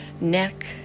neck